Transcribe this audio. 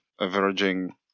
averaging